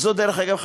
ודרך אגב,